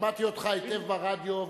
שמעתי אותך היטב ברדיו,